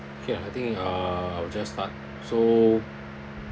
okay I think uh I will just start so